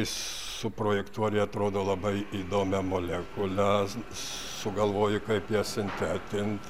suprojektuoji atrodo labai įdomią molekulę sugalvoji kaip ją sintetint